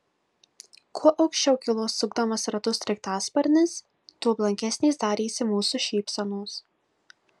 kuo aukščiau kilo sukdamas ratus sraigtasparnis tuo blankesnės darėsi mūsų šypsenos